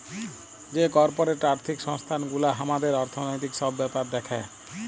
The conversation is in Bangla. যে কর্পরেট আর্থিক সংস্থান গুলা হামাদের অর্থনৈতিক সব ব্যাপার দ্যাখে